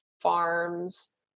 farm's